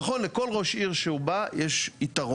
נכון, לכל ראש עיר שהוא בא יש יתרון.